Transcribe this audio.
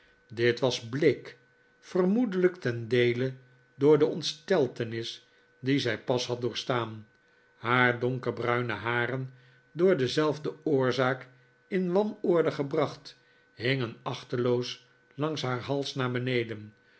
dit was bleek vermoedelijk ten deele door de onsteltenis die zij pas had doorstaan haar donkerbruine haren door dezelfde oorzaak in wanorde gebracht hingen achteloos langs haar hals naar beneden